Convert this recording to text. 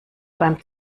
beim